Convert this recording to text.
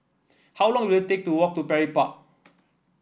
how long will it take to walk to Parry Walk